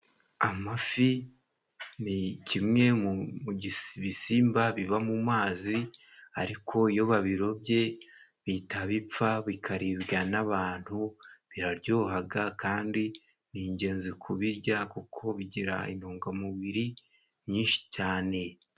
Amafi ni kimwe mu bisimba biba mu mazi ,ariko iyo babirobye bitabipfa bikaribwa n'abantu biraryohaga, kandi ni ingenzi kubirya kuko bigira intungamubiri nyinshi cyane.